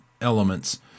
elements